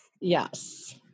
yes